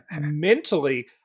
mentally